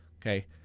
Okay